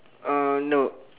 uh nope